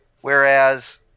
Whereas